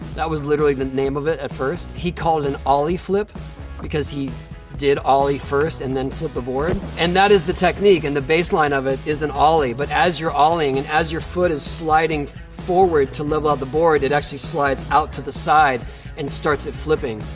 that was literally the name of it at first. he called it an ollie flip because he did ollie first and then flipped the board. and that is the technique, and the baseline of it is an ollie. but as your ollieing and as your foot is sliding forward to level out the board, it actually slides out to the side and starts it flipping.